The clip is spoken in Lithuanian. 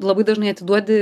labai dažnai atiduodi